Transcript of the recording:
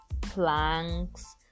planks